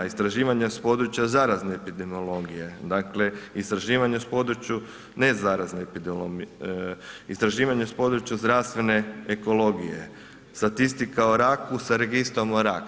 Istraživanja sa područja zarazne epidemiologije, dakle istraživanja na području nezarazne epidemiologije, istraživanja sa područja zdravstvene ekologije, statistika o raku sa registrom o raku.